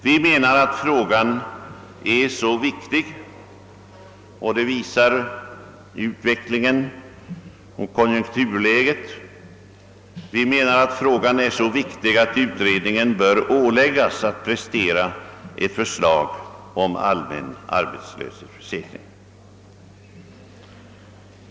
Vi menar att denna fråga är så viktig — det visar utvecklingen på arbetsmarknaden och det nuvarande konjunkturläget — att utredningen bör åläggas att prestera ett förslag om allmän arbetslöshetsförsäkring.